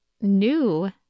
new